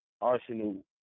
Arsenal